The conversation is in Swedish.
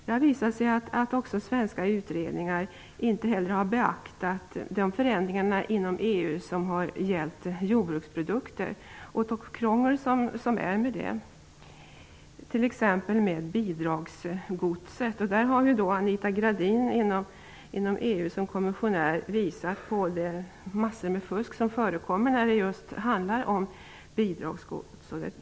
Det har också visat sig att svenska utredningar inte heller har beaktat de förändringar inom EU som har gällt jordbruksprodukter och det krångel som förekommer, t.ex. med bidragsgodset. Anita Gradin har, som kommissionär inom EU, påvisat mängder med fusk som förekommer när det just handlar om bidragsgods.